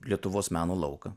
lietuvos meno lauką